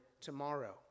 tomorrow